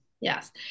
Yes